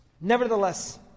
Nevertheless